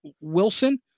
Wilson